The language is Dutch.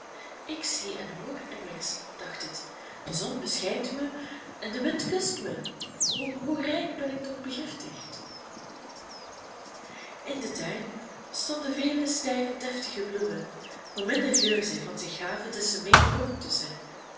ik zie en hoor immers dacht het de zon beschijnt mij en de wind kust mij o hoe rijk ben ik toch begiftigd in den tuin stonden vele stijve deftige bloemen hoe minder geur zij van zich gaven des te meer